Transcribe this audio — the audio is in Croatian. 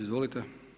Izvolite.